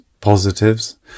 positives